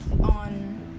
on